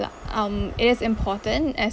that um it is important as